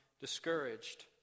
discouraged